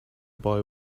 boy